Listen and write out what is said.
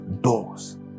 Doors